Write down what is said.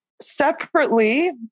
separately